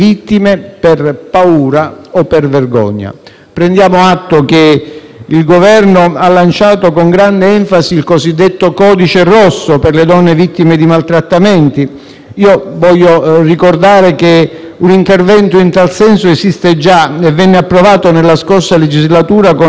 Prendiamo atto che il Governo ha presentato con grande enfasi il cosiddetto disegno di legge "Codice rosso" per le donne vittime di maltrattamenti. Voglio ricordare che un intervento in tal senso esiste già ed è stato approvato nella scorsa legislatura con la legge 15 ottobre 2013,